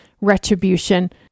retribution